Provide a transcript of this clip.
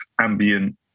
ambient